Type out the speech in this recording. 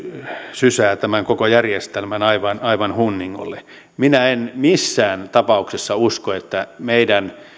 sysää tämän koko järjestelmän aivan aivan hunningolle minä en missään tapauksessa usko että meidän